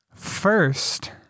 First